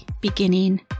beginning